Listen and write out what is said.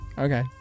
Okay